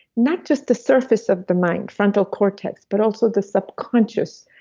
not just the surface of the mind, frontal cortex, but also the subconscious,